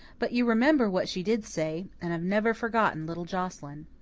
but you remember what she did say. and i've never forgotten little joscelyn.